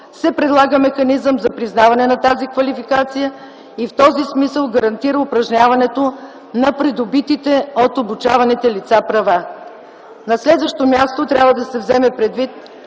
се предлага механизъм за признаване на тази квалификация и в този смисъл гарантира упражняването на придобитите от обучаваните лица права. На следващо място трябва да се вземе предвид,